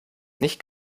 nicht